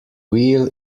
wheel